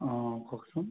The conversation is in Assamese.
অঁ কওকচোন